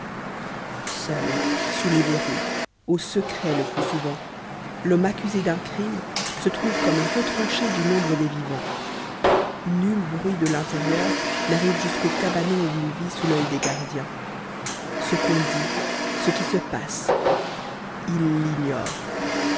seul sous les verroux au secret le plus souvent l'homme accusé d'un crime se trouve comme retranché du nombre des vivants nul bruit de l'intérieur n'arrive jusqu'au cabanon où il vit sous l'œil des gardiens ce qu'on dit ce qui se passe il l'ignore